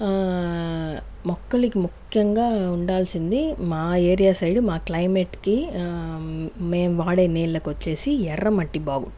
మొక్కలకి ముఖ్యంగా ఉండాల్సింది మా ఏరియా సైడ్ మా క్లైమేట్కి మేము వాడే నీళ్లకు వచ్చేసి ఎర్రమట్టి బావు